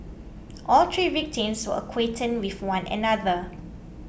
all three victims were acquainted with one another